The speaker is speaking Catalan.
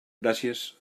gràcies